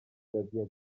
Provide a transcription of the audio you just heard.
dyddiau